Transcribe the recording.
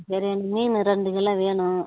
சரி ரெண்டு மீன் ரெண்டு கிலோ வேணும்